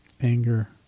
anger